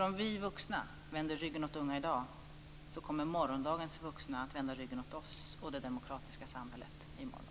Om vi vuxna vänder ryggen åt unga i dag, så kommer nämligen morgondagens vuxna att vända ryggen åt oss och det demokratiska samhället i morgon.